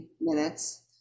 minutes